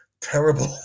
terrible